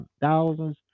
thousands